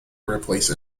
replace